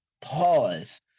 pause